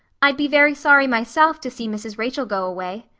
i'd be very sorry myself to see mrs. rachel go away.